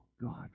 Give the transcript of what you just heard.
God